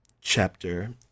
chapter